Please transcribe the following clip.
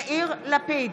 נגד יאיר לפיד,